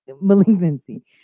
malignancy